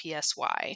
PSY